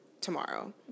tomorrow